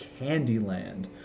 Candyland